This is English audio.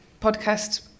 podcast